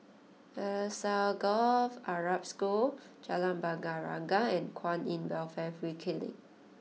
Alsagoff Arab School Jalan Bunga Raya and Kwan In Welfare Free Clinic